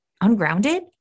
ungrounded